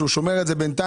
שהוא שומר את זה בנתיים.